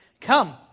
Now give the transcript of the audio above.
Come